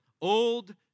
old